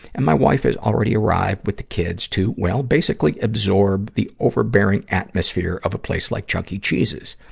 and my wife has already arrived with the kids to, well, basically, absorbed the overbearing atmosphere of a place like chuckie cheese's.